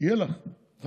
יהיו לך חמישה.